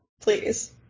Please